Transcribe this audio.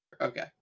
Okay